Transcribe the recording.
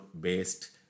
based